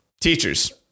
teachers